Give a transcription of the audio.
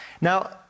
Now